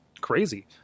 crazy